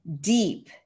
deep